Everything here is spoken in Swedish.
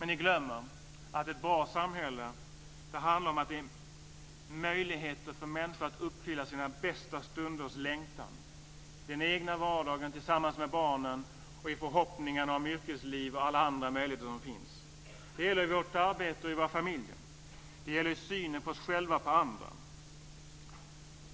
Ni glömmer att ett bra samhälle handlar om att ge möjligheter för människor att uppfylla sina bästa stunders längtan, i den egna vardagen tillsammans med barnen och i förhoppningarna om yrkesliv och alla andra möjligheter som finns. Det gäller i vårt arbete och i våra familjer. Det gäller i synen på oss själva och på andra.